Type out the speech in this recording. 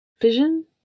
vision